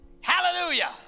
hallelujah